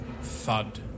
thud